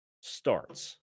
starts